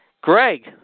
Greg